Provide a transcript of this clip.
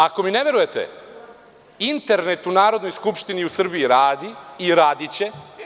Ako mi ne verujete, internet u Narodnoj skupštini i u Srbiji radi i radiće.